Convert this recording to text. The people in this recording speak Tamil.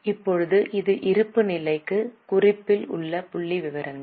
இப்போது இது இருப்புநிலைக் குறிப்பில் உள்ள புள்ளிவிவரங்கள்